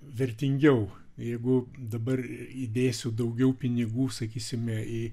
vertingiau jeigu dabar įdėsiu daugiau pinigų sakysime į